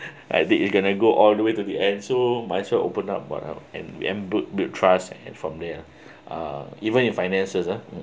I think you can I go all the way to the end so my also open up [what] and we and build trust and from there uh even in finances mm